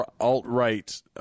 alt-right